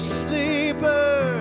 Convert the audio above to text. sleeper